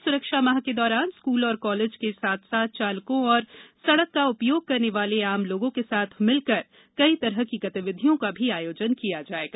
सड़क सुरक्षा माह के दौरान स्कूल एवं कॉलेजों के साथ साथ चालकों और सड़क का उपयोग करने वाले आम लोगों के साथ मिलकर कई तरह की गतिविधियों का भी आयोजन किया जाएगा